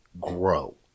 grow